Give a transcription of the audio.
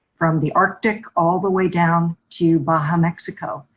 from the arctic, all the way down to baja, mexico.